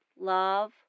love